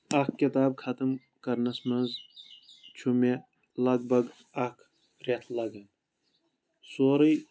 اکھ کِتاب ختم کرنس منٛز چھُ مےٚ لگ بگ اکھ رٮ۪تھ لگان سورُے